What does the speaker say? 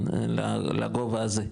לגובה הזה.